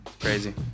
Crazy